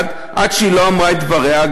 עד שהיא לא אמרה את דבריה,